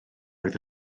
oedd